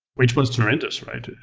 which was tremendous.